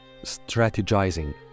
strategizing